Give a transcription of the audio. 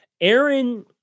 Aaron